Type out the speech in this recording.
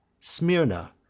smyrna,